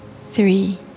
three